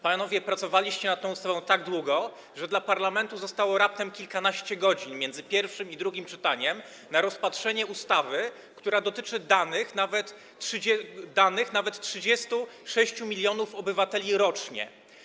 Panowie, pracowaliście nad tą ustawą tak długo, że dla parlamentu zostało raptem kilkanaście godzin między pierwszym a drugim czytaniem na rozpatrzenie ustawy, która dotyczy danych nawet 36 mln obywateli rocznie.